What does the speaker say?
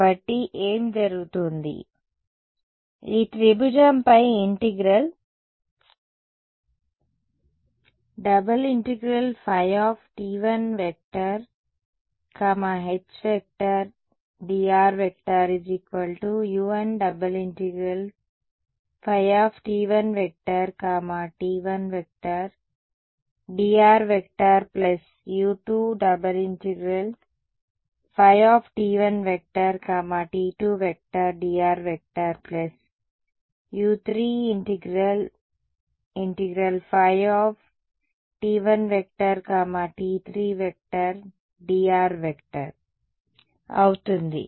కాబట్టి ఏమి జరుగుతుంది కాబట్టి ఈ త్రిభుజం పై integral ∬ϕT1 Hdru1∬ϕT1 T1dru2∬ϕT1 T2dru3∬ϕT1 T3dr అవుతుంది